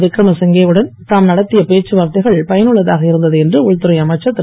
விக்ரமசிங்கே உடன் தாம் நடத்திய பேச்சுவார்த்தைகள் பயனுள்ளதாக இருந்தது என்று உள்துறை அமைச்சர் திரு